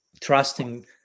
trusting